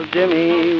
Jimmy